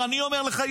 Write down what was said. אני אומר לך,